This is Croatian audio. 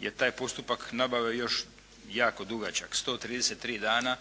je taj postupak nabave još jako dugačak, 133 dana